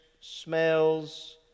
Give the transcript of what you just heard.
smells